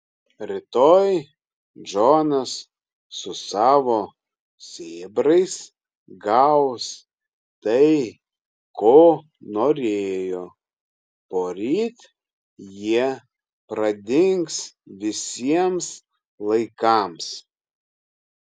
rytoj džonas su savo sėbrais gaus tai ko norėjo poryt jie pradings visiems laikams